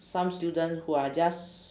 some student who are just